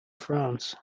france